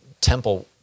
temple